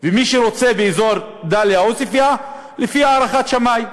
ומי שרוצה באזור דאליה-עוספיא, לפי הערכת שמאי.